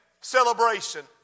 celebration